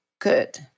good